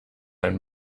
ein